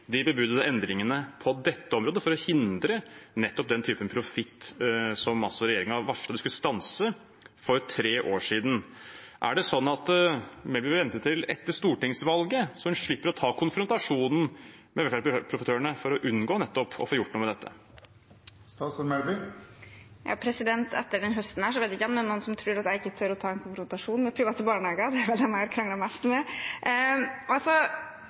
de bebudede endringene på dette området for å hindre nettopp den type profitt som regjeringen varslet de skulle stanse for tre år siden. Er det sånn at Melby vil vente til etter stortingsvalget, så hun slipper å ta konfrontasjonen med velferdsprofitørene, for å unngå nettopp å få gjort noe med dette? Etter denne høsten vet jeg ikke om det er noen som tror jeg ikke tør å ta en konfrontasjon med private barnehager. Det er vel dem jeg har kranglet mest med.